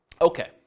Okay